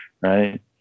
Right